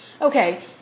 Okay